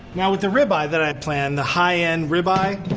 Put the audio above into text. now with the rib-eye that i had planned, the high end rib-eye.